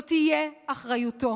זאת תהיה אחריותו.